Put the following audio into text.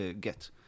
get